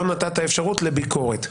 לא נתת את האפשרות לביקורת.